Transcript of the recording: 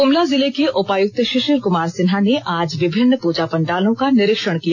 गुमला जिले के उपायुक्त शिशिर कुमार सिन्हा ने आज विभिन्न पूजा पंडालों का निरीक्षण किया